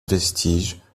vestiges